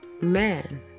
man